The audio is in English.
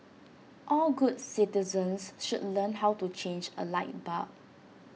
all good citizens should learn how to change A light bulb